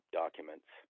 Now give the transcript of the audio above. documents